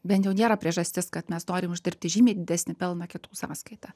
bent jau nėra priežastis kad mes norim uždirbti žymiai didesnį pelną kitų sąskaita